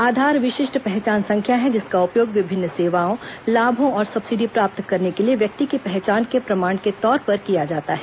आधार विशिष्ट पहचान संख्या है जिसका उपयोग विभिन्न सेवाओं लाभों और सब्सिडी प्राप्त करने के लिए व्यक्ति की पहचान के प्रमाण के तौर पर किया जाता है